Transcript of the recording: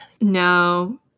No